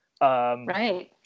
Right